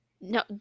no